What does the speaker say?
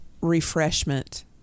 refreshment